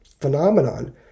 phenomenon